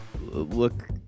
look